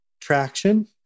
traction